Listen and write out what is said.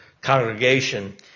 congregation